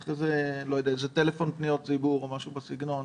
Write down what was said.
צריך איזה טלפון לפניות הציבור או משהו בסגנון.